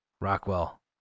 Rockwell